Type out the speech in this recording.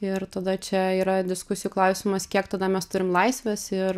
ir tada čia yra diskusijų klausimas kiek tada mes turim laisvės ir